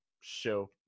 show